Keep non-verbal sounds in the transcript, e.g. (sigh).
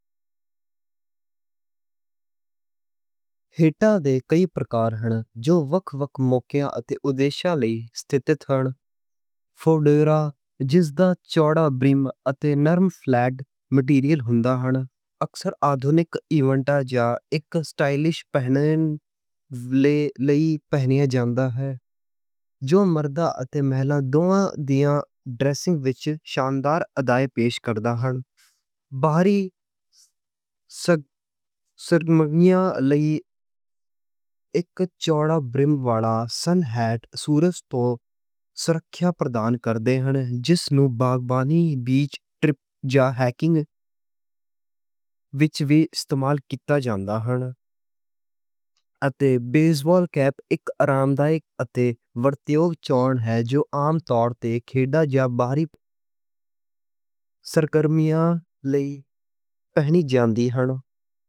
ہیٹا تے کئی پرکار ہن جو وکھ وکھ موقعے تے اتے اودیش لئی ستھت ہن۔ فیڈورا، جس دا چوڑا برِم، اتے نرم فیلٹ مٹیریل ہوندا ہے۔ اکثر آدھونک ایونٹا جاں اک سٹائلش پہننے (hesitation) لئی پہنا جاندا ہے۔ باہری (hesitation) سرگرمیاں لئی اک چوڑا برِم والا سن ہیٹ سورج توں سرکشا پردان کردا ہے۔ جس نوں باغبانی، بیچ، ٹرِپ جاں ہائکنگ (hesitation) وچ استعمال کیتا جاندا ہے۔ اتے بیس بال کیپ اک آرام دہ اتے ورت یوگ چون ہے، جو عام طور تے کھیڈ جاں باری (hesitation) سرگرمیاں لئی پہنی جاندی ہے۔